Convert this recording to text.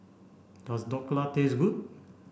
does Dhokla taste good